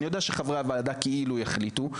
אני יודע שחברי הוועדה כאילו יחליטו,